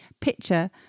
picture